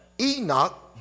Enoch